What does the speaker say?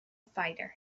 fighter